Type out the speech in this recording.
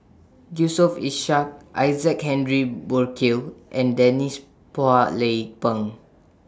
Yusof Ishak Isaac Henry Burkill and Denise Phua Lay Peng